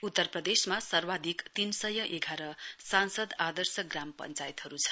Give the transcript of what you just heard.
उत्तर प्रदेशमा सर्वाधिक तीन सय एघार सांसद आदर्श ग्राम पंचायतहरु छन्